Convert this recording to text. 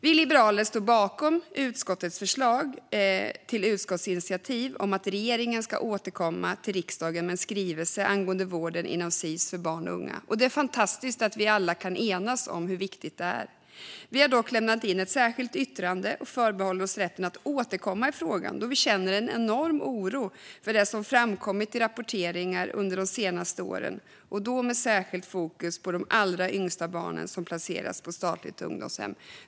Vi liberaler står bakom utskottets förslag till utskottsinitiativ om att regeringen ska återkomma till riksdagen med en skrivelse angående vården inom Sis för barn och unga. Det är fantastiskt att vi alla kan enas om hur viktigt detta är. Liberalerna har dock ett särskilt yttrande, och vi förbehåller oss rätten att återkomma i frågan. Vi känner en enorm oro för det som har framkommit i rapporteringen under de senaste åren, med särskilt fokus på de allra yngsta barnen som placeras på statligt ungdomshem.